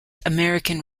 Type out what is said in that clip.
american